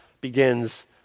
begins